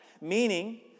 Meaning